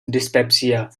dyspepsia